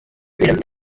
perezida